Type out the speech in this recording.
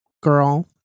girl